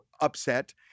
upset